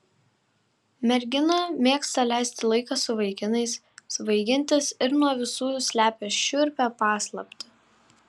mergina mėgsta leisti laiką su vaikinais svaigintis ir nuo visų slepia šiurpią paslaptį